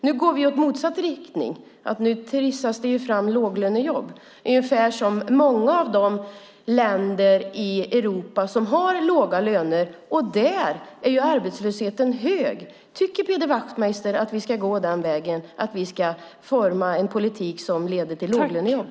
Nu går vi i motsatt riktning då det trissas fram låglönejobb ungefär som i många av de länder i Europa som har låga löner, och där är ju arbetslösheten hög. Tycker Peder Wachtmeister att vi ska gå den vägen och forma en politik som leder till låglönejobb?